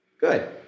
Good